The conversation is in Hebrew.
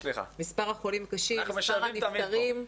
הקשים, מספר הנפטרים,